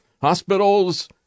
Hospitals